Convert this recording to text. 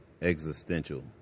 existential